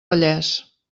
vallès